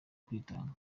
kwitanga